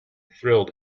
thrilled